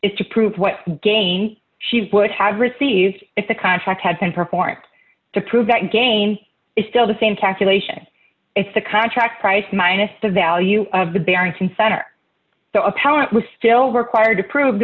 is to prove what gain she would have received if the contract had been performed to prove that gain is still the same calculation it's the contract price minus the value of the barrington center so a parent was still required to prove the